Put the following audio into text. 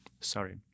Sorry